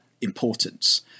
importance